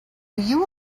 you